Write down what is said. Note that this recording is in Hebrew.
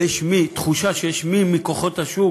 ויש תחושה שיש מי מכוחות השוק